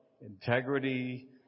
integrity